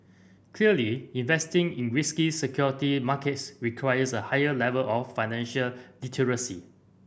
clearly investing in risky security markets requires a higher level of financial literacy